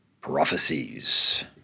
prophecies